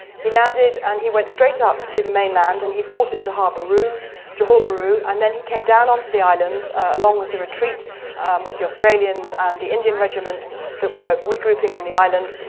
he landed and he went straight up to the mainland and he fought at johor bahru johor bahru and then he came down onto the island along with the retreat with the australians and the indian regiments that were regrouping on the island.